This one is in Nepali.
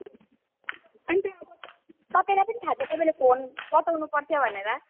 अन्त अब तपाईँलाई पनि थाहा छ त्यही भएर फोन बचाउनु पर्थ्यो भनेर